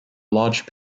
large